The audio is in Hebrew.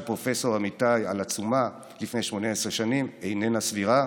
פרופ' אמיתי על עצומה לפני 18 שנים איננה סבירה.